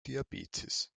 diabetes